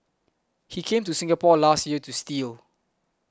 he came to Singapore last year to steal